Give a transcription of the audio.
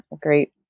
great